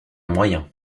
moyen